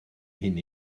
hyn